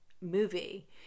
movie